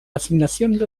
assignacions